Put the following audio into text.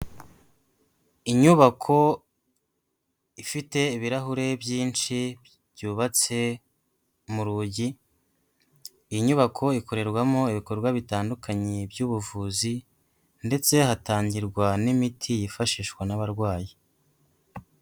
Inyubako ifite ibirahure byinshi byubatse mu rugi, iyi nyubako ikorerwamo ibikorwa bitandukanye by'ubuvuzi ndetse hatangirwa n'imiti yifashishwa n'abarwayi.